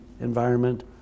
environment